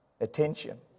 attention